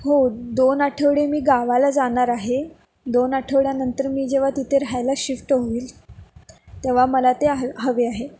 हो दोन आठवडे मी गावाला जाणार आहे दोन आठवड्यानंतर मी जेव्हा तिथे राहायला शिफ्ट होईल तेव्हा मला ते हवे आहे